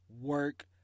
work